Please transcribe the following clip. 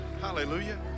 Hallelujah